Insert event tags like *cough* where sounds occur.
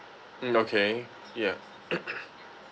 mm okay ya *coughs*